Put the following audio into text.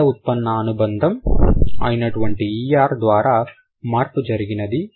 పద ఉత్పన్న అనుబంధం అయినటువంటి ద్వారా మార్పు జరిగినది